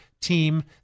team